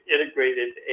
integrated